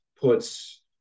puts –